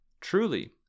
Truly